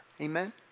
Amen